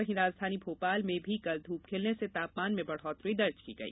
वहीं राजधानी भोपाल में भी कल धूप खिलने से तापमान में बढ़ौतरी दर्ज की गई